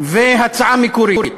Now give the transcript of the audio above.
והצעה מקורית.